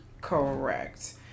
Correct